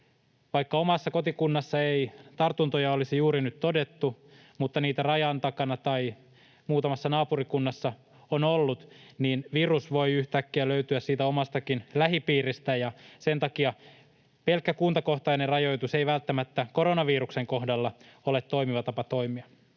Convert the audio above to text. vaikka omassa kotikunnassa ei tartuntoja olisi juuri nyt todettu, mutta niitä rajan takana tai muutamassa naapurikunnassa on ollut, niin virus voi yhtäkkiä löytyä siitä omastakin lähipiiristä, ja sen takia pelkkä kuntakohtainen rajoitus ei välttämättä koronaviruksen kohdalla ole toimiva tapa toimia.